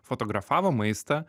fotografavo maistą